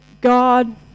God